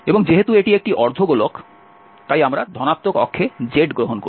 এবং যেহেতু এটি একটি অর্ধ গোলক তাই আমরা ধনাত্মক অক্ষে z গ্রহণ করছি